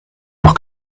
noch